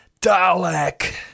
Dalek